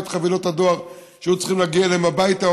את חבילות הדואר שהיו צריכות להגיע אליהם הביתה,